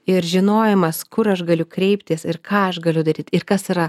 ir žinojimas kur aš galiu kreiptis ir ką aš galiu daryt ir kas yra